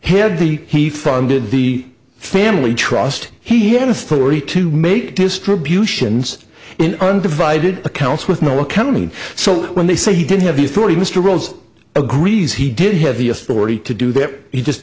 had the he funded the family trust he had authority to make distributions in undivided accounts with no accounting so when they say he didn't have the authority mr rose agrees he did have the authority to do that he just